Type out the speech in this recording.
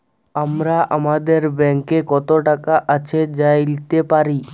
আমরা আমাদের ব্যাংকে কত টাকা আছে জাইলতে পারি